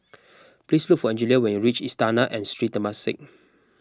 please look for Angelia when you reach Istana at Sri Temasek